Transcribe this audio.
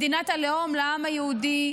מדינת הלאום של העם היהודי,